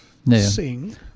Sing